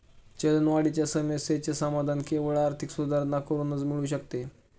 चलनवाढीच्या समस्येचे समाधान केवळ आर्थिक सुधारणा करूनच मिळू शकते